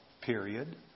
period